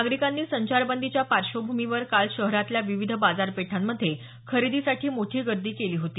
नागरिकांनी संचारबंदीच्या पार्श्वभूमीवर काल शहरातल्या विविध बाजारपेठांमधे खरेदीसाठी मोठी गर्दी केली होती